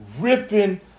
ripping